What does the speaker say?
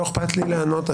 לא אכפת לי לענות,